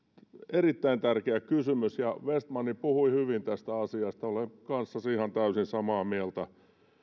erittäin tärkeä kysymys vestman puhui hyvin tästä asiasta olen kanssasi ihan täysin samaa mieltä